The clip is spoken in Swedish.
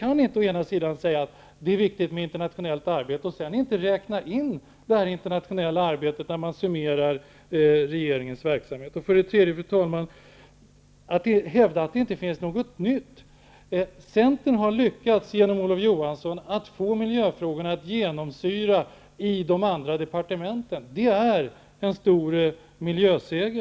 Man kan inte säga att det är viktigt med internationellt arbete och sedan inte räkna in detta internationella arbete när man summerar regeringens verksamhet. Fru talman! Sedan hävdar man att det inte finns något nytt. Centern har genom Olof Johansson lyckats få miljöfrågorna att genomsyra de andra departementen. Det är en stor miljöseger.